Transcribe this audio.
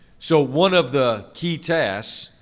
so one of the key tasks,